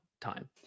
time